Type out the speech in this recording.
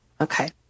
Okay